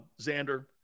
Xander